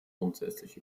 grundsätzlich